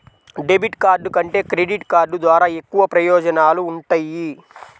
debit card కంటే credit card ద్వారా ఎక్కువ ప్రయోజనాలు వుంటయ్యి